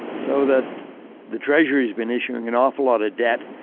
so, that the treasury's been issuing an awful lot of debt.